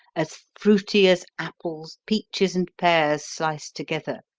as fruity as apples, peaches and pears sliced together.